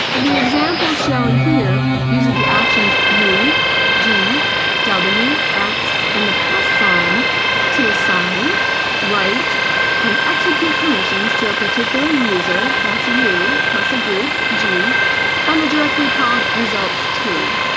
the example shown here uses the options u g w x and the plus sign to assign write and execute permissions to a particular user that's you plus a group g on the directory called results to